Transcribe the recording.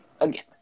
again